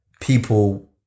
people